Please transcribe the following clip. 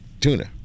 tuna